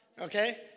okay